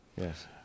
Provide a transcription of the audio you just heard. Yes